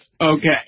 Okay